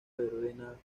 verbena